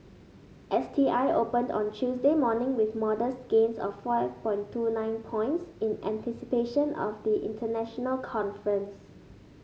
S T I opened on Tuesday morning with modest gains of five point two nine points in anticipation of the international conference